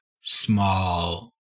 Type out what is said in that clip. small